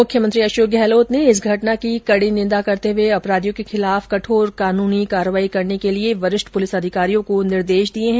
मुख्यमंत्री अशोक गहलोत ने इस घटना की कड़ी निंदा करते हुए अपराधियों के खिलाफ कठोर कानूनी कार्रवाई करने के लिये वरिष्ठ पुलिस अधिकारियों को निर्देश दिये है